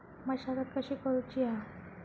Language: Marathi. मशागत कशी करूची हा?